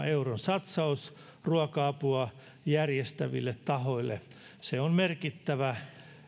euron satsaus ruoka apua järjestäville tahoille se on merkittävä